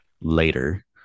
later